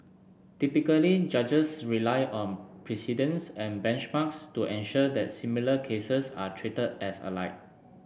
typically judges rely on precedents and benchmarks to ensure that similar cases are treat as alike